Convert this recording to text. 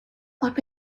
what